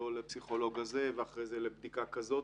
לפסיכולוג הזה ואחרי זה לבדיקה כזאת,